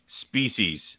species